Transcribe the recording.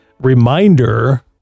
reminder